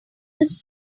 this